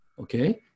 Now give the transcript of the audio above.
okay